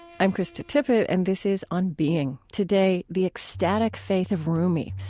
i'm krista tippett, and this is on being. today the ecstatic faith of rumi,